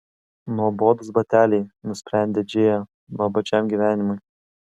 nuobodūs bateliai nusprendė džėja nuobodžiam gyvenimui